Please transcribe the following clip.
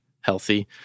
healthy